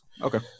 Okay